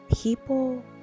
people